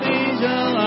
angel